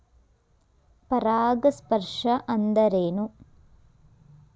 ಪರಾಗಸ್ಪರ್ಶ ಅಂದರೇನು?